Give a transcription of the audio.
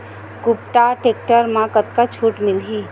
कुबटा टेक्टर म कतका छूट मिलही?